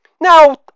now